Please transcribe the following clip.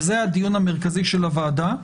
וזה הדיון המרכזי של הוועדה.